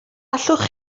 allwch